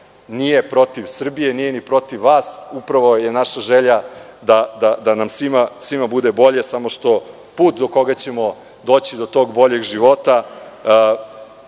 nije protiv Srbije, nije ni protiv vas. Upravo je naša želja da nam svima bude bolje, samo što put kojim ćemo doći do tog boljeg života